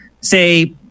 say